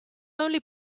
only